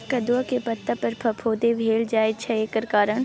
कदुआ के पता पर फफुंदी भेल जाय छै एकर कारण?